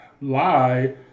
lie